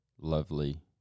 lovely